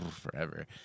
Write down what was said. forever